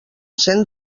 cent